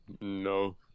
No